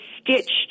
stitched